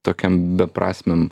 tokiam beprasmiam